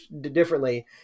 differently